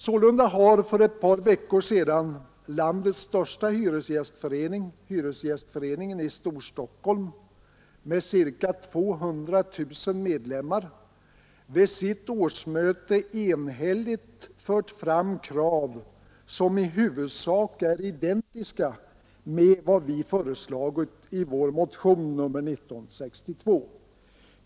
Sålunda har för ett par veckor sedan landets största hyresgästförening, Hyresgästföreningen i Storstockholm med ca 200 000 medlemmar, vid sitt årsmöte enhälligt fört fram krav som i huvudsak är identiska med vad vi föreslagit i vår motion nr 1962.